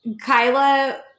Kyla